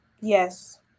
yes